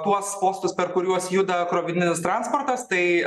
tuos postus per kuriuos juda krovininis transportas tai